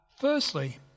Firstly